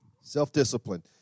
Self-discipline